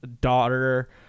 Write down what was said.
daughter